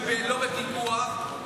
שלא בפיקוח,